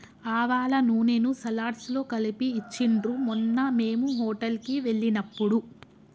ఆవాల నూనెను సలాడ్స్ లో కలిపి ఇచ్చిండ్రు మొన్న మేము హోటల్ కి వెళ్ళినప్పుడు